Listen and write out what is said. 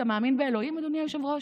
אתה מאמין באלוהים, אדוני היושב-ראש?